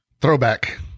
Throwback